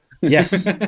Yes